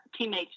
teammate's